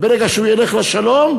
ברגע שהוא ילך לשלום,